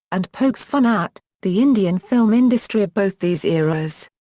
and pokes fun at, the indian film industry of both these eras.